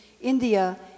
India